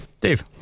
Dave